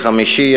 חמישי,